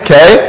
Okay